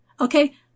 Okay